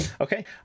okay